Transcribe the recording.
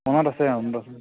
মনত আছে অঁ মনত আছে